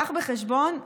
תביא בחשבון,